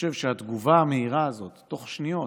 חושב שהתגובה המהירה הזאת, תוך שניות,